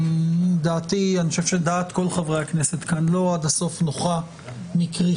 דעתי ודעת כל חברי הכנסת כאן לא עד הסוף נוחה מכריכת